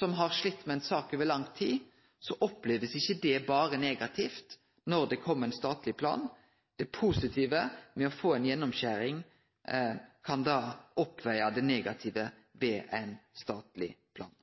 som har slite med ei sak over lang tid, blir det ikkje opplevd som berre negativt når det kjem ein statleg plan. Det positive med å få ei gjennomskjering kan da oppvege det negative med ein statleg plan.